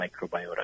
microbiota